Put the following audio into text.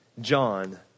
John